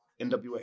NWA